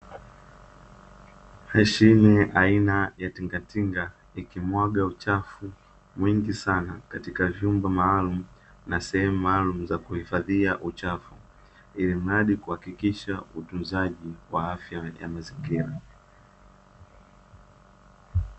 Mashine aina ya tingatinga ikimwaga uchafu mwingi sana katika vyumba maalumu na sehemu maalumu za kuhifadhia uchafu ilimradai kuhakikisha utunzaji wa afya ya mazingira.